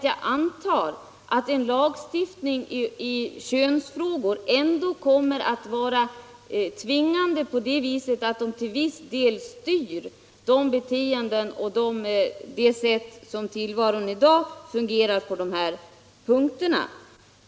Jag antar att en lagstiftning i könsfrågor kommer att vara tvingande på det viset att den till viss del styr det sätt på vilket tillvaron fungerar på de här punkterna.